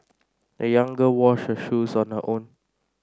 the young girl washed her shoes on her own